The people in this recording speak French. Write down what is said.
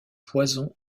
poison